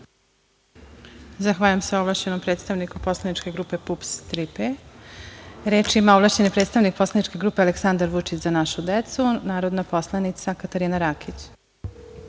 Zahvaljujem se ovlašćenom predstavniku poslaničke PUPS – „Tri P“.Reč ima ovlašćeni predstavnik poslaničke grupe Aleksandar Vučić – Za našu decu, narodna poslanica Katarina Rakić.